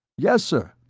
yes, sir,